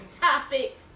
topic